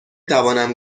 توانم